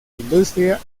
industria